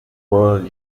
world